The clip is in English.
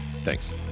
Thanks